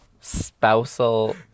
spousal